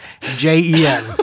J-E-N